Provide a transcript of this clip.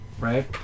right